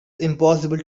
impossible